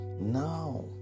Now